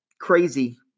crazy